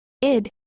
id